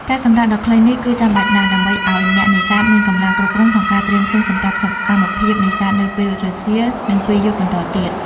ការសម្រាកដ៏ខ្លីនេះគឺចាំបាច់ណាស់ ដើម្បីឲ្យអ្នកនេសាទមានកម្លាំងគ្រប់គ្រាន់ក្នុងការត្រៀមខ្លួនសម្រាប់សកម្មភាពនេសាទនៅពេលរសៀល និងពេលយប់បន្តទៀត។